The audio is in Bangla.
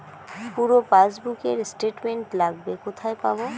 পুরো পাসবুকের স্টেটমেন্ট লাগবে কোথায় পাব?